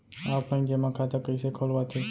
Offline जेमा खाता कइसे खोलवाथे?